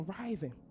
arriving